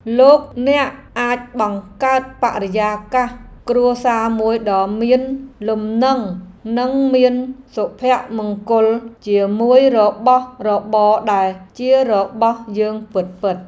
លោកអ្នកអាចបង្កើតបរិយាកាសគ្រួសារមួយដ៏មានលំនឹងនិងមានសុភមង្គលជាមួយរបស់របរដែលជារបស់យើងពិតៗ។